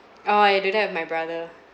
ah I do that with my brother